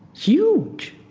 huge.